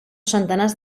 centenars